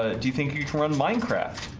ah do you think you can run minecraft?